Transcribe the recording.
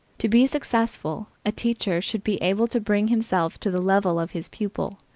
to be successful, a teacher should be able to bring himself to the level of his pupil.